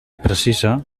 precisa